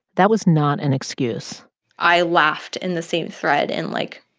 that was not an excuse i laughed in the same thread and, like,